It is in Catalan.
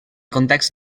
context